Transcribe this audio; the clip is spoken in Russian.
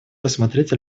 рассмотреть